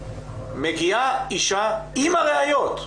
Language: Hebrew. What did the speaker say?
מגיעה אישה עם הראיות.